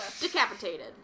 Decapitated